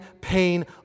pain